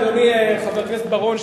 אדוני חבר הכנסת בר-און,